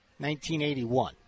1981